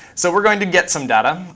so we're going to get some data.